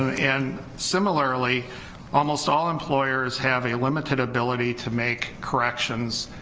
and similarly almost all employers have a limited ability to make corrections,